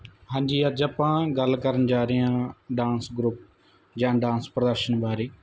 ਹਾਂਜੀ ਅੱਜ ਆਪਾਂ ਗੱਲ ਕਰਨ ਜਾ ਰਹੇ ਹਾਂ ਡਾਂਸ ਗਰੁੱਪ ਜਾਂ ਡਾਂਸ ਪ੍ਰਦਰਸ਼ਨ ਬਾਰੇ